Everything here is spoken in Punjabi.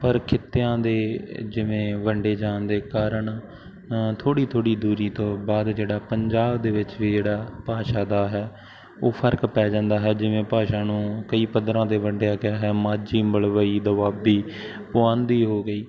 ਪਰ ਖਿੱਤਿਆਂ ਦੇ ਜਿਵੇਂ ਵੰਡੇ ਜਾਣ ਦੇ ਕਾਰਣ ਥੋੜ੍ਹੀ ਥੋੜ੍ਹੀ ਦੂਰੀ ਤੋਂ ਬਾਅਦ ਜਿਹੜਾ ਪੰਜਾਬ ਦੇ ਵਿੱਚ ਵੀ ਜਿਹੜਾ ਭਾਸ਼ਾ ਦਾ ਹੈ ਉਹ ਫ਼ਰਕ ਪੈ ਜਾਂਦਾ ਹੈ ਜਿਵੇਂ ਭਾਸ਼ਾ ਨੂੰ ਕਈ ਪੱਧਰਾਂ 'ਤੇ ਵੰਡਿਆ ਗਿਆ ਹੈ ਮਾਝੀ ਮਲਵਈ ਦੁਆਬੀ ਪੁਆਧੀ ਹੋ ਗਈ